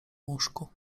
łóżku